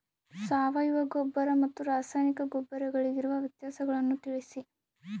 ಸಾವಯವ ಗೊಬ್ಬರ ಮತ್ತು ರಾಸಾಯನಿಕ ಗೊಬ್ಬರಗಳಿಗಿರುವ ವ್ಯತ್ಯಾಸಗಳನ್ನು ತಿಳಿಸಿ?